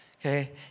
Okay